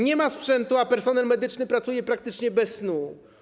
Nie ma sprzętu, a personel medyczny pracuje praktycznie bez snu.